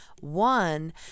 one